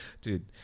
Dude